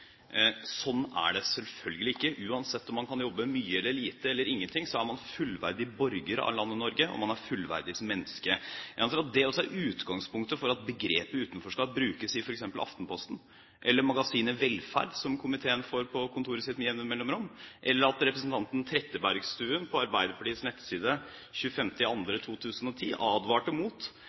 Sånn er det selvfølgelig ikke. Uansett om man kan jobbe mye eller lite eller ingenting, er man fullverdig borger av landet Norge, og man er fullverdig som menneske. Jeg antar at det også er utgangspunktet for at begrepet «utenforskap» brukes i f.eks. Aftenposten, eller i magasinet Velferd, som komiteen får på kontoret sitt med jevne mellomrom, eller at representanten Trettebergstuen på Arbeiderpartiets nettside den 25. februar 2010